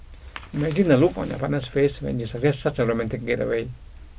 imagine the look on your partner's face when you suggest such a romantic getaway